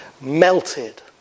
melted